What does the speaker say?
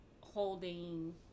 holding